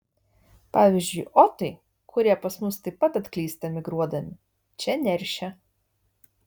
pavyzdžiui otai kurie pas mus taip pat atklysta migruodami čia neršia